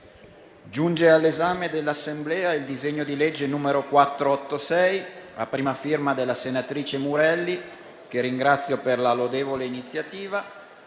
giunge all'esame dell'Assemblea il disegno di legge n. 486, a prima firma della senatrice Murelli, che ringrazio per la lodevole iniziativa,